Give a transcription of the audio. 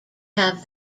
have